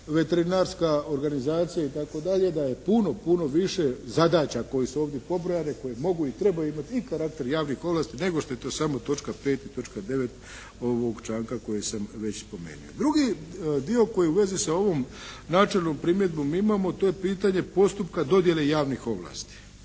veterinarska organizacija itd. da je puno, puno više zadaća koje su ovdje pobrojane koje mogu i trebaju imati i karakter javnih ovlasti nego što je to samo točka 5. i točka 9. ovog članka kojeg sam već spomenuo. Drugi dio koji u vezi sa ovom načelnom primjedbom imamo to je pitanje postupka dodjele javnih ovlasti.